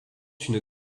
une